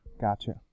Gotcha